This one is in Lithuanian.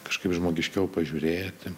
kažkaip žmogiškiau pažiūrėti